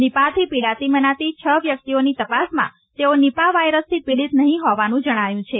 નિપાહથી પીડાતી મનાતી છ વ્યક્તિઓની તપાસમાં તેઓ નીપાહ વાયરસથી પીડિત નહીં હોવાનું જણાયું છે